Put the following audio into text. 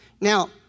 Now